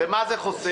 מה זה חוסך?